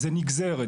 זה נגזרת,